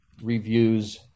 reviews